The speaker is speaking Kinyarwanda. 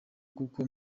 kuko